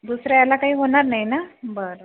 दुसऱ्या याला काही होणार नाही ना बरं